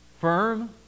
Firm